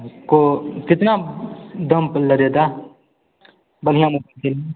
उसको कितना दाम पर लगेगा बढ़िया मोबाइल चाहिए